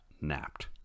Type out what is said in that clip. napped